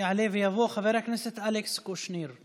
יעלה ויבוא חבר הכנסת אלכס קושניר,